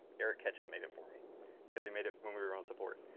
eric ketchum made it for me because he made it when we we were on support.